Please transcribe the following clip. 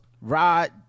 Rod